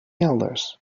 elders